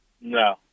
No